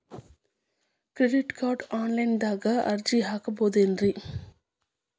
Credit ಕಾರ್ಡ್ಗೆ online ದಾಗ ಅರ್ಜಿ ಹಾಕ್ಬಹುದೇನ್ರಿ?